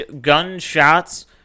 gunshots